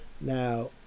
Now